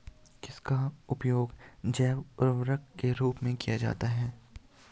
किसका उपयोग जैव उर्वरक के रूप में किया जाता है?